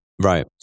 Right